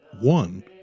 one